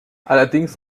allerdings